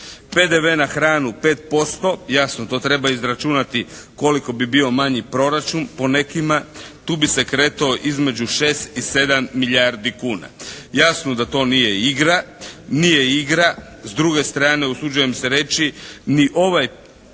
PDV na hranu 5%, jasno to treba izračunati koliko bi bio manji proračun. Po nekima tu bi se kretao između 6 i 7 milijardi kuna. Jasno da to nije igra, nije igra. S druge strane usuđuje se reći ni ovaj